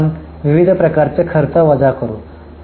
मग आपण विविध प्रकारचे खर्च वजा करू